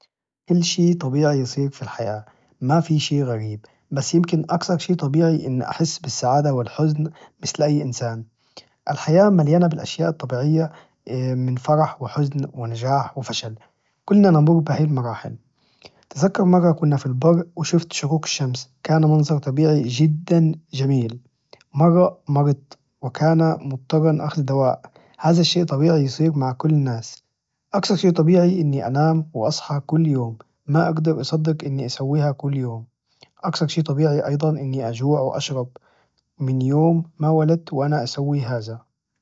كل شي طبيعي يصير في الحياة، ما في شي غريب بس يمكن أكثر شي طبيعي إني أحس بالسعادة والحزن مثل أي إنسان، الحياة مليانة بالأشياء الطبيعية من فرح وحزن ونجاح وفشل، كلنا نمر بهي المراحل أتذكر مرة كنا في البر وشفت شروق الشمس كان منظر طبيعي جدا جميل مرة مرت وكان مضطرا لأخذ دواء هذا الشي طبيعي يصير مع كل الناس أكثر شي طبيعي أني أنام وأصحى كل يوم ما أقدر أصدق إني أسويها كل يوم، أكثر شي طبيعي أيضا إني أجوع وأشرب من يوم ما ولدت وأنا أسوي هذا.